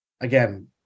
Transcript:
again